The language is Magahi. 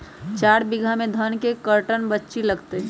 चार बीघा में धन के कर्टन बिच्ची लगतै?